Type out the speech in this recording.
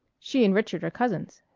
she and richard are cousins.